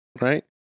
right